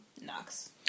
knocks